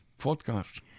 podcast